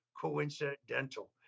coincidental